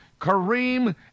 Kareem